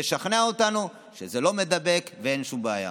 ותשכנע אותנו שזה לא מידבק ואין שום בעיה.